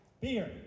beer